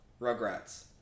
Rugrats